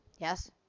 yes